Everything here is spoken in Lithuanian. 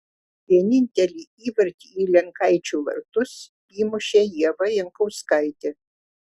vienintelį įvartį į lenkaičių vartus įmušė ieva jankauskaitė